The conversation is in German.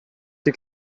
die